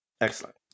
Excellent